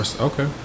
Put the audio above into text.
Okay